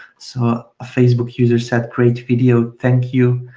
so a facebook user said, great video, thank you.